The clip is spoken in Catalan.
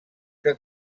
que